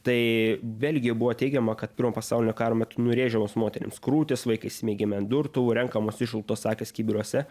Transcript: tai vėlgi buvo teigiama kad pirmojo pasaulinio karo metu nubrėžiamos moterims krūtys vaikai smeigiami ant durtuvų renkamos išluptos akys kibiruose